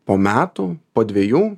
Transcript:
po metų po dvejų